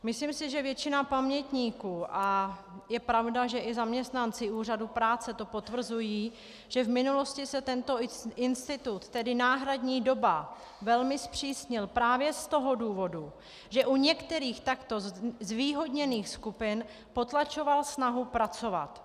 Myslím si, že většina pamětníků, a je pravda, že i zaměstnanci úřadu práce to potvrzují, že v minulosti se tento institut, tedy náhradní doba, velmi zpřísnil právě z toho důvodu, že u některých takto zvýhodněných skupin potlačoval snahu pracovat.